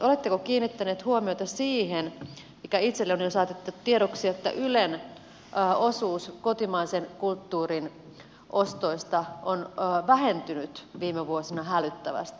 oletteko kiinnittänyt huomiota siihen mikä itselleni on jo saatettu tiedoksi että ylen osuus kotimaisen kulttuurin ostoista on vähentynyt viime vuosina hälyttävästi